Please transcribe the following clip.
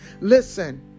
Listen